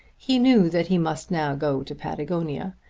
he knew that he must now go to patagonia,